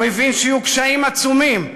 הוא הבין שקשיים יהיו עצומים,